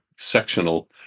sectional